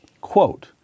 quote